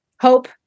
hope